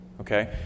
okay